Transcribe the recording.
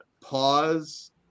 pause